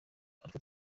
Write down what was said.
alpha